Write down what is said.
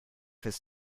his